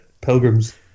Pilgrims